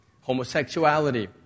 Homosexuality